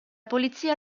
polizia